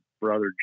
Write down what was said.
brother